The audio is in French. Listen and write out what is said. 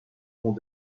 ont